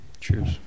cheers